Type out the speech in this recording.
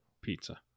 Pizza